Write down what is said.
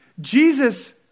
Jesus